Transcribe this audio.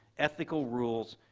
ethical rules,